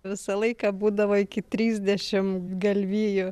visą laiką būdavo iki trisdešim galvijų